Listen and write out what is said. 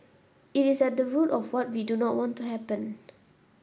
it is at the root of what we do not want to happen